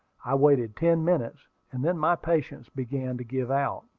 i waited ten minutes and then my patience began to give out.